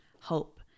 hope